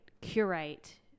curate